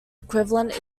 equivalent